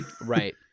right